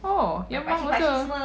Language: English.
oh your mum also